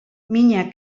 mina